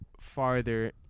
farther